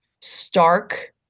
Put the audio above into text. stark